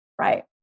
Right